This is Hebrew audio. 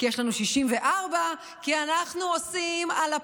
כי יש לנו 64,